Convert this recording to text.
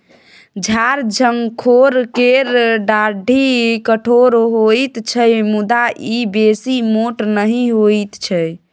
झार झंखोर केर डाढ़ि कठोर होइत छै मुदा ई बेसी मोट नहि होइत छै